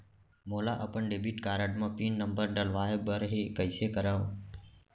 मोला अपन debit card म पिन नंबर डलवाय बर हे कइसे करव?